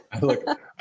look